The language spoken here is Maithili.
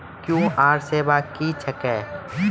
क्यू.आर सेवा क्या हैं?